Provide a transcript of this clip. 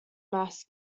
mass